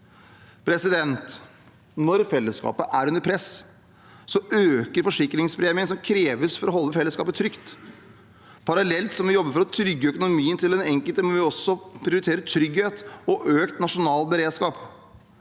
på i år. Når fellesskapet er under press, øker forsikringspremien som kreves for å holde fellesskapet trygt. Parallelt med at vi jobber for å trygge økonomien til den enkelte, må vi også prioritere trygghet og økt nasjonal beredskap.